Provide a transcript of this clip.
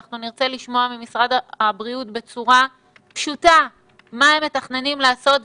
נרצה לשמוע ממשרד הבריאות בצורה פשוטה מה הם מתכננים לעשות,